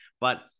But-